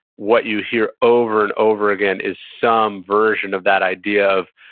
what you hear over and over again is some version of that idea of,